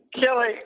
Kelly